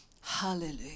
Hallelujah